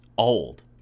old